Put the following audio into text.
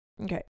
Okay